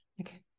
okay